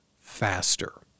faster